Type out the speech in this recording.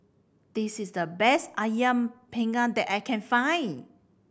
this is the best Ayam Panggang that I can find